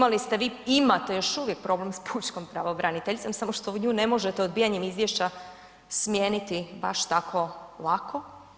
Imali ste vi i imate još uvijek problem sa pučkom pravobraniteljicom samo što nju ne možete odbijanjem izvješća smijeniti baš tako lako.